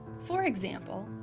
for example,